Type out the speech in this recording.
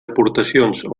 aportacions